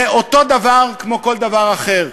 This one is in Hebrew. זה אותו דבר כמו כל דבר אחר.